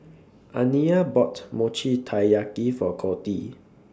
Aniya bought Mochi Taiyaki For Coty